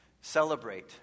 celebrate